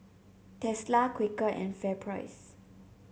Tesla Quaker and FairPrice